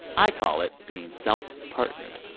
i call it being self-partnered.